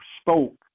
spoke